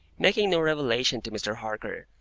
making no revelation to mr. harker,